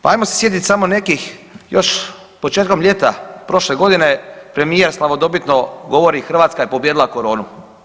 Pa ajmo se sjetiti samo nekih još početkom ljeta prošle godine premijer slavodobitno govori Hrvatska je pobijedila koronu.